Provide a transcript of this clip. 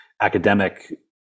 academic